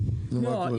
נו מה קורה עם זה?